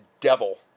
devil